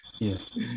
yes